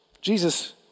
Jesus